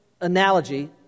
analogy